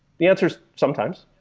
the answer is sometimes.